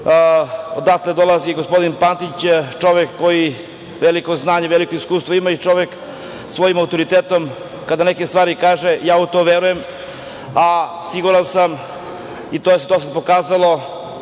odatle dolazi i gospodin Pantić, čovek koji veliko znanje, veliko iskustvo ima, i čovek koji svojim autoritetom kada neke stvari kaže, ja u to verujem, a siguran sam, i to se pokazalo,